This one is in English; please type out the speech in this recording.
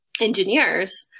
engineers